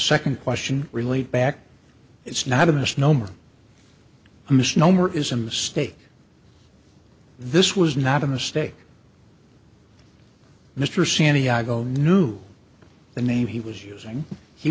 second question relate back it's not a misnomer a misnomer is a mistake this was not a mistake mr santiago knew the name he was using he